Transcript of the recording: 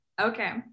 Okay